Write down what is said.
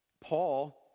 Paul